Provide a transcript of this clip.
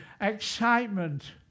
excitement